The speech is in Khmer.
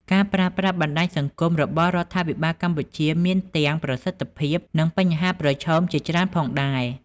ការប្រើប្រាស់បណ្ដាញសង្គមរបស់រដ្ឋាភិបាលកម្ពុជាមានទាំង ប្រសិទ្ធភាព និងបញ្ហាប្រឈមជាច្រើនផងដែរ។